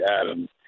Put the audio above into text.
Adams